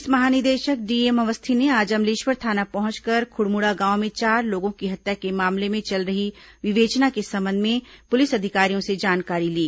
police महानिदेशक DM Awasthi ने आज अमलेश्वर थाना पहंचकर खुड़मुड़ा गांव में चार लोगों की हत्या के मामले में चल रही विवेचना के संबंध में पुलिस अधिकारियों से जानकारी ली